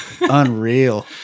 Unreal